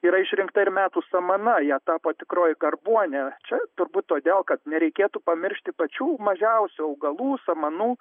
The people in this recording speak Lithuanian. yra išrinkta ir metų samana jie tapo tikroji garbuonė čia turbūt todėl kad nereikėtų pamiršti pačių mažiausių augalų samanų